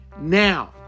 now